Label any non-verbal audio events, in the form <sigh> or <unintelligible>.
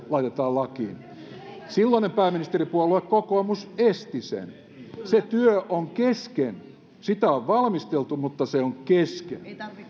<unintelligible> laitetaan lakiin silloinen pääministeripuolue kokoomus esti sen se työ on kesken sitä on valmisteltu mutta se on kesken